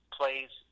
plays